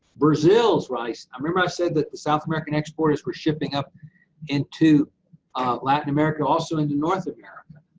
brazil's rice um remember, i said that the south american exporters were shipping up into latin america, also into north america.